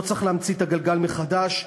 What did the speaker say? לא צריך להמציא את הגלגל מחדש.